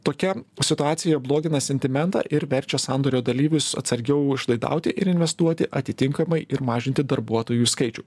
tokia situacija blogina sentimentą ir verčia sandorio dalyvius atsargiau išlaidauti ir investuoti atitinkamai ir mažinti darbuotojų skaičių